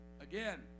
again